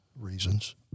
reasons